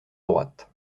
droite